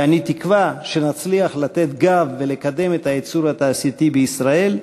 ואני תקווה שנצליח לתת גב ולקדם את הייצור התעשייתי בישראל.